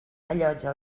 allotja